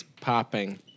popping